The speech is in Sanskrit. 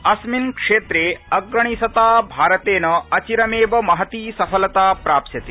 स्मिन् क्षेत्रे ग्रणीसता भारतेन चिरमेव महती सफलता प्राप्स्यते